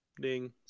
Ding